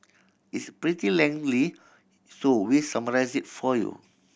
it's pretty lengthy so we summarised it for you